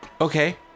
okay